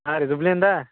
ಹಾಂ ರೀ ದುಬ್ಳಿಯಿಂದ